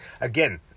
Again